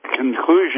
Conclusion